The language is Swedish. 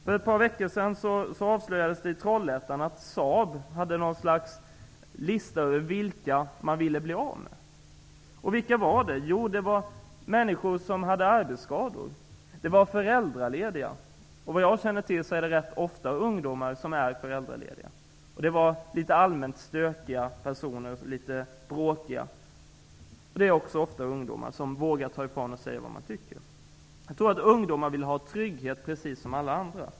För ett par veckor sedan avslöjades det i Trollhättan att Saab hade något slags lista över vilka man ville bli av med. Vilka var det? Jo, det var människor som hade arbetsskador. Det var föräldralediga. Vad jag känner till är det rätt ofta ungdomar som är föräldralediga. Det var litet alllmänt stökiga personer, litet bråkiga. Det är också ofta ungdomar, som vågar säga ifrån om vad man tycker. Jag tror att ungdomar vill ha trygghet precis som alla andra.